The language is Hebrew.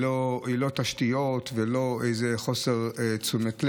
היא לא תשתיות ולא איזה חוסר תשומת לב,